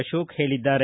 ಅಶೋಕ್ ಹೇಳಿದ್ದಾರೆ